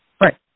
right